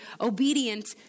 obedient